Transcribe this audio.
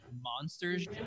monsters